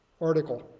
article